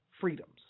freedoms